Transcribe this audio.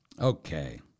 Okay